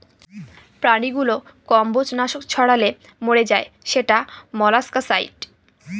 প্রাণীগুলো কম্বজ নাশক ছড়ালে মরে যায় সেটা মোলাস্কাসাইড